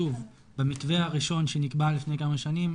שוב במתווה הראשון שנקבע לפני כמה שנים